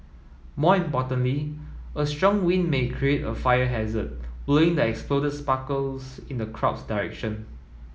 more importantly a strong wind may create a fire hazard blowing the exploded sparkles in the crowd's direction